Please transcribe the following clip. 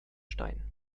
stein